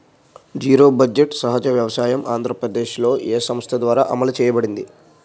Zero budget సహజ వ్యవసాయం ఆంధ్రప్రదేశ్లో, ఏ సంస్థ ద్వారా అమలు చేయబడింది?